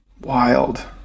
Wild